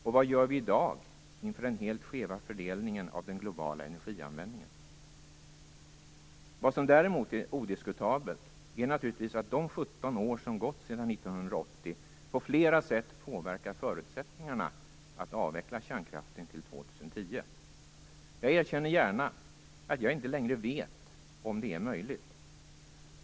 Och vad gör vi i dag inför den helt skeva fördelningen av den globala energianvändningen? Vad som däremot är odiskutabelt är naturligtvis att de 17 år som gått sedan 1980 på flera sätt påverkar förutsättningarna att avveckla kärnkraften till 2010. Jag erkänner gärna att jag inte längre vet om det är möjligt.